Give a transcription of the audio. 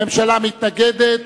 הממשלה מתנגדת.